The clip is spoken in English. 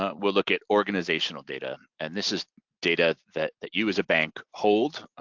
ah we'll look at organizational data. and this is data that that you as a bank hold